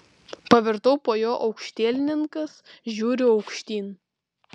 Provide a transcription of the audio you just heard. pavirtau po juo aukštielninkas žiūriu aukštyn